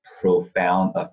profound